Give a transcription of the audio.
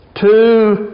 two